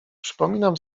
przypominam